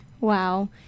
Wow